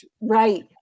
right